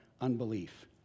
unbelief